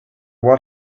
what